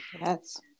Yes